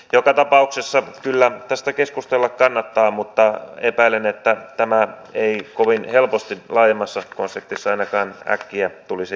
joka tapauksessa kyllä tästä keskustella kannattaa mutta epäilen että tämä ei kovin helposti laajemmassa konseptissa ainakaan äkkiä tulisi tapahtumaan